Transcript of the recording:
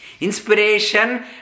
Inspiration